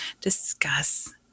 discuss